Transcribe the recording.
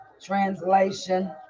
Translation